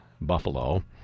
Buffalo